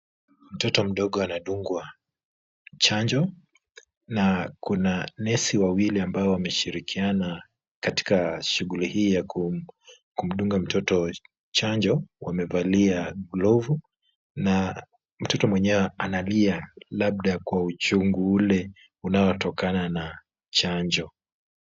Mtoto mdogo anadungwa chanjo na kuna nesi wawili ambao wameshirikiana katika shughuli hii ya kumdunga mtoto chanjo. Wamevalia glavu na mtoto mwenyewe analia labda kwa uchungu ule unaotokana na chanjo.